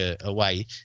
away